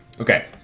Okay